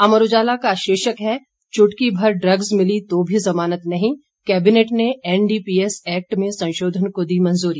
अमर उजाला का शीर्षक है चुटकी भर ड्रग्स मिली तो भी जमानत नहीं कैबिनेट ने एनडीपीएस एक्ट में संशोधन को दी मंजूरी